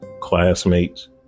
classmates